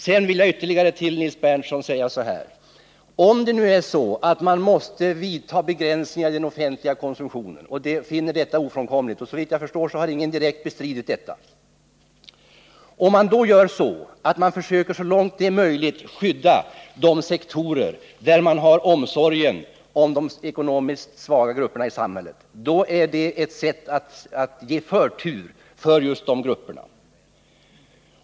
Sedan vill jag ytterligare till Nils Berndtson säga att om man finner det ofrånkomligt att vidta begränsningar i den offentliga konsumtionen — såvitt jag förstår har ingen direkt bestridit detta — och om man då så långt som det är möjligt försöker skydda de sektorer som omfattar omsorgen om de ekonomiskt svaga grupperna i samhället är det ett sätt att ge förtur för just de grupperna.